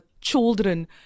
children